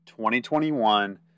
2021